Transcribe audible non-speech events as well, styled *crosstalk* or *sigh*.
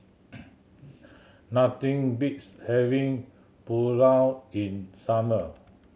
*noise* nothing beats having Pulao in summer